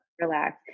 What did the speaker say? Relax